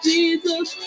Jesus